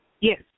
Yes